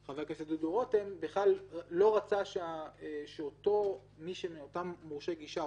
חבר הכנסת דודו רותם בכלל לא רצה שאותם מורשי גישה,